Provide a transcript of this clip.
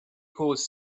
cause